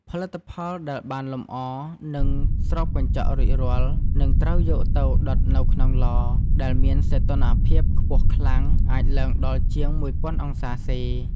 ផលិតផលដែលបានលម្អ និងស្រោបកញ្ចក់រួចរាល់ នឹងត្រូវយកទៅ ដុតនៅក្នុងឡ ដែលមានសីតុណ្ហភាពខ្ពស់ខ្លាំង អាចឡើងដល់ជាង ១០០០ អង្សាសេ។